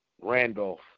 Randolph